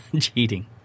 cheating